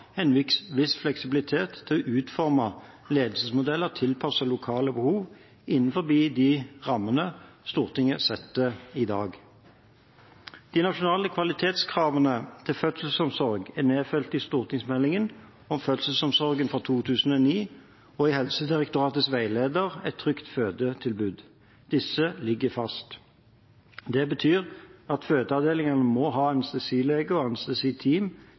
har en viss fleksibilitet til å utforme ledelsesmodeller tilpasset lokale behov innenfor de rammene Stortinget setter i dag. De nasjonale kvalitetskravene til fødselsomsorg er nedfelt i stortingsmeldingen om fødselsomsorgen, for 2008–2009, og i Helsedirektoratets veileder Et trygt fødetilbud. Disse ligger fast. Det betyr at fødeavdelingene må ha anestesileger og